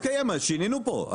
לא התקיים, שינינו פה.